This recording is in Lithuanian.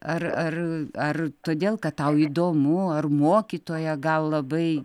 ar ar ar todėl kad tau įdomu ar mokytoja gal labai